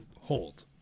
hold